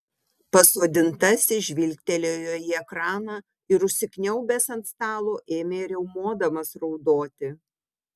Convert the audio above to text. pasodintasis žvilgtelėjo į ekraną ir užsikniaubęs ant stalo ėmė riaumodamas raudoti